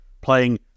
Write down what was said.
playing